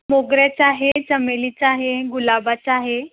मोगऱ्याचा आहे चमेलीचा आहे गुलाबाचा आहे